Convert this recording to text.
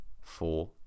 four